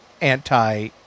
Anti